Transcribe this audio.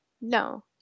No